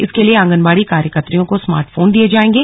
इसके लिए आंगनबाडी कार्यकत्रियों को स्मार्ट फोन दिए जाएंगे